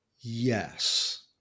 Yes